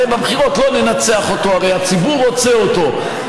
הרי בבחירות לא ננצח, הרי הציבור רוצה אותו.